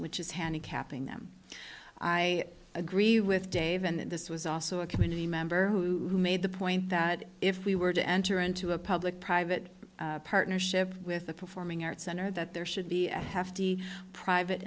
which is handicapping them i agree with dave and this was also a community member who made the point that if we were to enter into a public private partnership with a performing arts center that there should be a hefty private